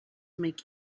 make